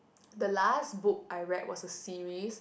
the last book I read was a series